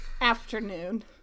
Afternoon